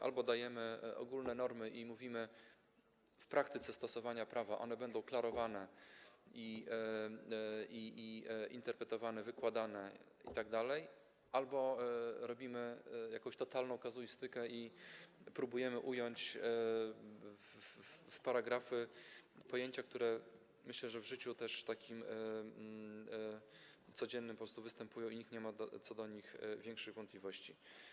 Albo dajemy ogólne normy i mówimy, że w praktyce stosowania prawa one będą klarowane, interpretowane, wykładane itd., albo robimy jakąś totalną kazuistykę i próbujemy ująć w paragrafy pojęcia, które - myślę - w takim życiu codziennym po prostu występują i nikt nie ma co do nich większych wątpliwości.